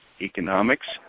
Economics